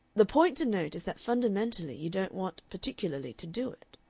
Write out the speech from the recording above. the point to note is that fundamentally you don't want particularly to do it.